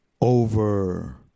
over